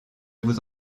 vous